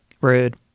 Rude